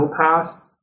passed